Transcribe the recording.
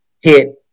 hit